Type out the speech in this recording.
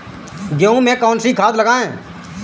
गेहूँ में कौनसी खाद लगाएँ?